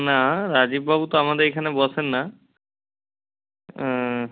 না রাজীববাবু তো আমাদের এইখানে বসেন না